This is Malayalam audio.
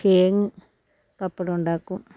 കേങ്ങ് പപ്പടം ഉണ്ടാക്കും